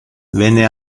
venne